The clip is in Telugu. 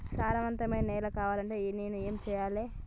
సారవంతమైన నేల కావాలంటే నేను ఏం చెయ్యాలే?